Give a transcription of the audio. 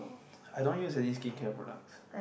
I don't use any skincare products